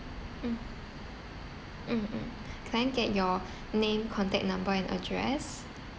mm mm mm can I get your name contact number and address